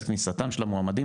את כניסתם של המועמדים,